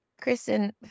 Kristen